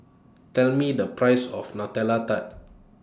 Tell Me The Price of Nutella Tart